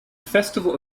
festival